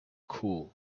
cool